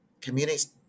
communities